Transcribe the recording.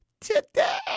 today